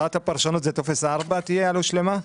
לפי הוראת הפרשנות טופס 4 זה הושלמה?